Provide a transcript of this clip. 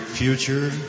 future